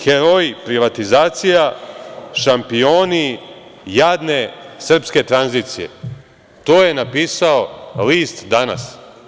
Heroji privatizacija, šampioni jadne srpske tranzicije.“ To je napisao list „Danas“